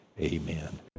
Amen